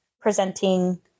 presenting